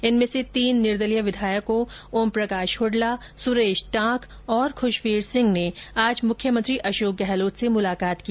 इनमें से तीन निर्दलीय विधायकों ओमप्रकाश हडला सुरेश टांक और खुशवीर सिंह ने आज मुख्यमंत्री अशोक गहलोत से मुलाकात की